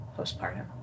postpartum